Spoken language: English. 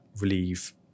relieve